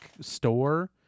store